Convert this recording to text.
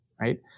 right